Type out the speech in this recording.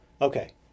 okay